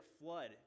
flood